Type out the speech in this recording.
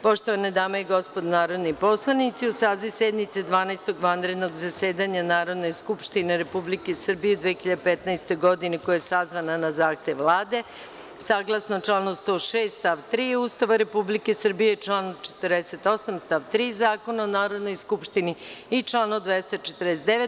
Poštovane dame i gospodo narodni poslanici, uz saziv sednice 12. vanrednog zasedanja Narodne skupštine Republike Srbije u 2015. godini, koja je sazvana na zahtev Vlade, saglasno članu 106. stav 3. Ustava Republike Srbije, član 48. stav 3. Zakona o Narodnoj skupštini i članom 249.